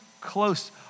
close